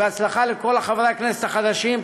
בהצלחה לכל חברי הכנסת החדשים.